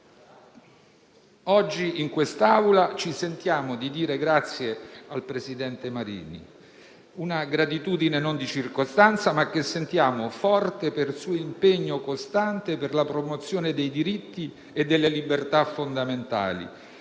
Oggi in quest'Aula ci sentiamo di dire grazie al presidente Marini; una gratitudine non di circostanza, ma che sentiamo forte per il suo impegno costante per la promozione dei diritti e delle libertà fondamentali,